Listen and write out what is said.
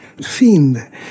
fiend